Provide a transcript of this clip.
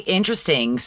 interesting